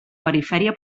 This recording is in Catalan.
perifèria